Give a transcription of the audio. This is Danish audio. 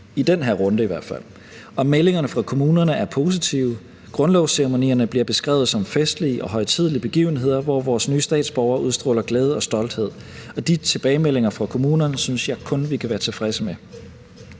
i den her runde i hvert fald. Og meldingerne fra kommunerne er positive: Grundlovsceremonierne bliver beskrevet som festlige og højtidelige begivenheder, hvor vores nye statsborgere udstråler glæde og stolthed, og de tilbagemeldinger fra kommunerne synes jeg kun vi kan være tilfredse med.